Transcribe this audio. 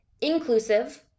inclusive